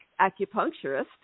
acupuncturist